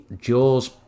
jaws